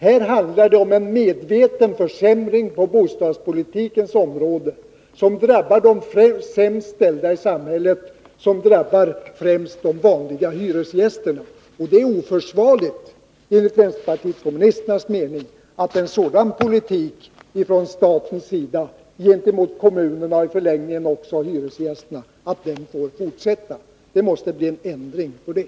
Här handlar det om en medveten försämring på bostadspolitikens område, som drabbar de sämst ställda i samhället, som främst drabbar de vanliga hyresgästerna. Och det är oförsvarligt, enligt vänsterpartiet kommunisternas mening, att en sådan politik från statens sida gentemot kommunerna, och i förlängningen också hyresgästerna, får fortsätta. Det måste bli en ändring på det!